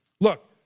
look